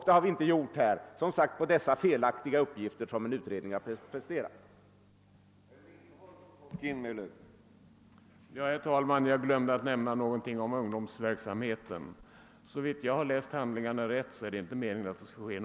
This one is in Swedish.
Det har vi emellertid inte blivit i detta fall, som sagt på grund av att en utredning presterat dessa felaktiga uppgifter.